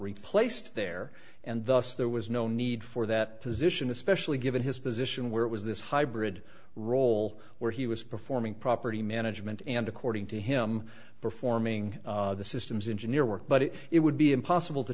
replaced there and thus there was no need for that position especially given his position where it was this hybrid role where he was performing property management and according to him performing the systems engineer work but it would be impossible to